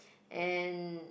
and